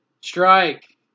strike